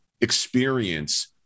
experience